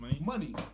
money